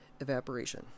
evaporation